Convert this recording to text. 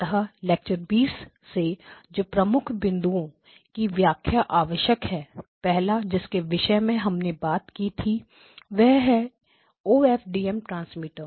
अतः लेक्चर 20 से जो प्रमुख बिंदुओं की व्याख्या आवश्यक है पहला जिसके विषय मैं हमने बात की थी वह है O F D M transmitter